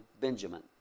Benjamin